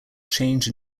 change